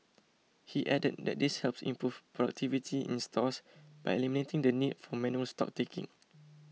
he added that this helps improve productivity in stores by eliminating the need for manual stock taking